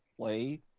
play